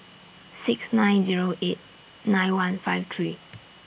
six nine Zero eight nine one five three